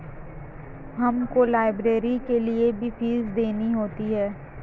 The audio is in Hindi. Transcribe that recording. हमको लाइब्रेरी के लिए भी फीस देनी होती है